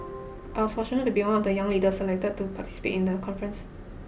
I was fortunate to be one of the young leaders selected to participate in the conference